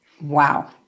Wow